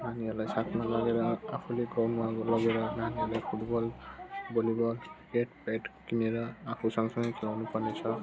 नानीहरूलाई साथमा लगेर आफूले ग्राउन्डमा लगेर नानीहरूलाई फुटबल भलिबल ब्याट ब्याट किनेर आफू सँगसँगै खेलाउनुपर्ने छ